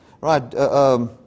Right